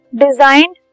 designed